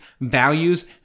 values